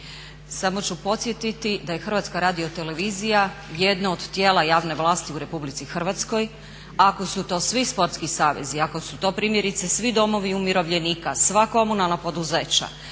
Samo ću podsjetiti da je HRT jedna od tijela javne vlasti u RH, ako su to svi sportski savezi, ako su to primjerice svi domovi umirovljenika, sva komunalna poduzeća,